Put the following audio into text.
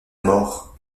mort